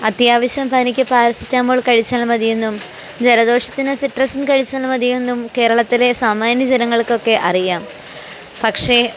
അത്യാവശ്യം പനിക്ക് പാരസെറ്റമോൾ കഴിച്ചാൽ മതിയെന്നും ജലദോഷത്തിന് സിട്രസും കഴിച്ചാൽ മതിയെന്നും കേരളത്തിലെ സാമാന്യ ജനങ്ങൾക്കൊക്കെ അറിയാം പക്ഷേ